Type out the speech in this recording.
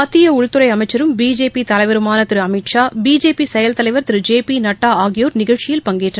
மததியஉள்துறைஅமைச்சரும் பிஜேபிதலைவருமானதிருஅமித்ஷா பிஜேபி செயல் தலைவர் திரு ஜே பிநட்டாஆகியோர் நிகழ்ச்சியில் பங்கேற்றனர்